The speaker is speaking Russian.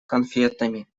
конфетами